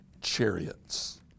chariots